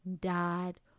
died